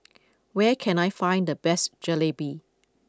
where can I find the best Jalebi